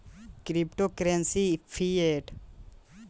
crypto currency fiat पईसा ह अउर इ अंतरराष्ट्रीय लेन देन ला इस्तमाल होला